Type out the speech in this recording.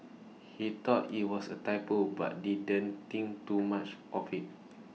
he thought IT was A typo but didn't think too much of IT